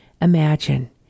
imagine